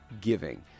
giving